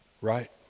right